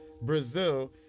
Brazil